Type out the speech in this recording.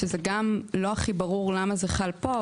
שזה גם לא הכי ברור למה זה חל פה,